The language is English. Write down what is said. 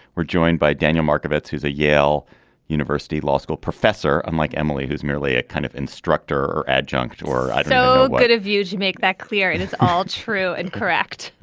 we're joined by daniel markovich who's a yale university law school professor unlike emily who's merely a kind of instructor or adjunct or so good of you to make that clear and it's all true and correct.